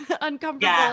uncomfortable